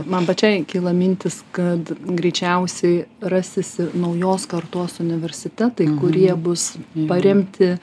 man pačiai kylo mintys kad greičiausiai rasis naujos kartos universitetai kurie bus paremti